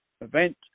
event